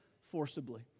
forcibly